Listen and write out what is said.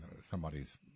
somebody's